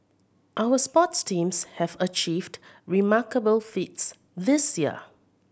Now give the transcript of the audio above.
our sports teams have achieved remarkable feats this year